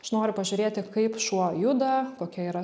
aš noriu pažiūrėti kaip šuo juda kokia yra